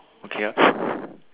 okay ah